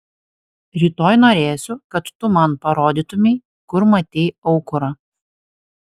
rytoj norėsiu kad tu man parodytumei kur matei aukurą